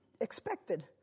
expected